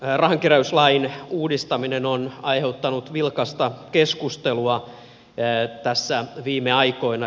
rahankeräyslain uudistaminen on aiheuttanut vilkasta keskustelua tässä viime aikoina